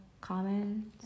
comments